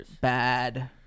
bad